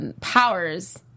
powers